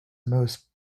most